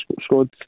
squad